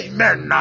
Amen